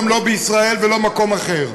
לא בישראל ולא במקום אחר.